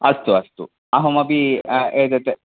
अस्तु अस्तु अहमपि एतत्